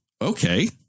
Okay